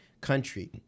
country